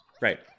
right